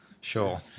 sure